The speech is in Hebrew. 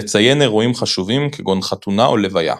לציין אירועים חשובים כגון חתונה או לוויה.